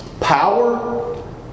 Power